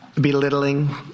belittling